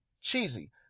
cheesy